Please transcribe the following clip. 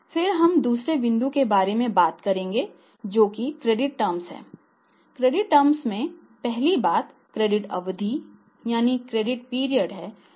फिर हम दूसरे बिंदु के बारे में बात करते हैं जो कि क्रेडिट टर्म्स है